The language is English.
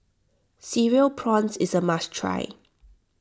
Cereal Prawns is a must try